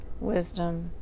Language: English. wisdom